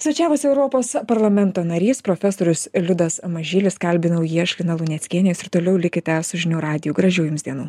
svečiavosi europos parlamento narys profesorius liudas mažylis kalbinau jį aš lina luneckienė jūs ir toliau likite su žinių radiju gražių jums dienų